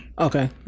Okay